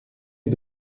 est